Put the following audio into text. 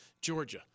Georgia